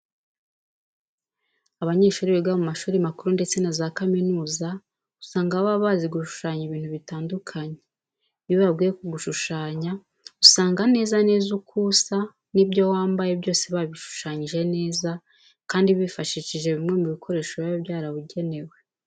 Abanyeshuri biga mu mashuri makuru ndetse na za kaminuza, usanga baba bazi gushushanya ibintu bitandukanye. Iyo ubabwiye kugushushanya usanga neza neza uko usa n'ibyo wambaye byose babishushanyije neza, kandi bifashishije bimwe mu bikoresho biba byarabugenewe.